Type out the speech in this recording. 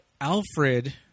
Alfred